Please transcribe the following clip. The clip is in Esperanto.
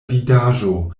vidaĵo